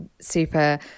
super